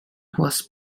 was